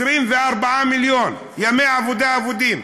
24 מיליון ימי עבודה אבודים.